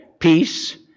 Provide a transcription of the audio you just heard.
Peace